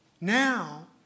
Now